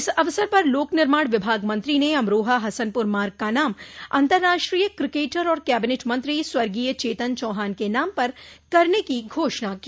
इस अवसर पर लोक निर्माण विभाग मंत्री ने अमरोहा हसनपुर मार्ग का नाम अतंर्राष्ट्रीय क्रिकेटर और कैबिनेट मंत्री स्वर्गीय चेतन चौहान के नाम पर करने की घोषणा की